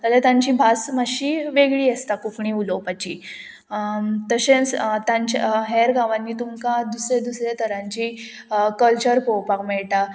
जाल्यार तांची भास मातशी वेगळी आसता कोंकणी उलोवपाची तशेंच तांच्या हेर गांवांनी तुमकां दुसऱ्या दुसऱ्या तरांची कल्चर पळोवपाक मेळटा